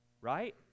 right